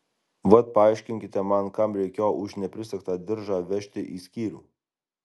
vat paaiškinkite man kam reikėjo už neprisegtą diržą vežti į skyrių